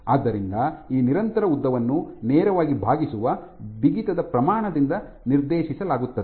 ಆದ್ದರಿಂದ ಈ ನಿರಂತರ ಉದ್ದವನ್ನು ನೇರವಾಗಿ ಬಾಗಿಸುವ ಬಿಗಿತದ ಪ್ರಮಾಣದಿಂದ ನಿರ್ದೇಶಿಸಲಾಗುತ್ತದೆ